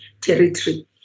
territory